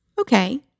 okay